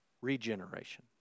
regeneration